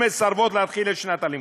ומסרבות להתחיל את שנת הלימודים.